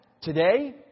today